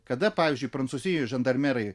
kada pavyzdžiui prancūzijoe žandarmerai